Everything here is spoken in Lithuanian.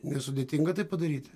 nesudėtinga tai padaryti